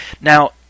Now